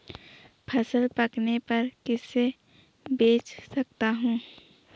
फसल पकने पर किसे बेच सकता हूँ?